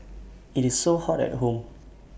IT is so hot at home